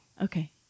Okay